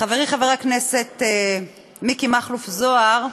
חברי חבר הכנסת מיקי מכלוף זוהר,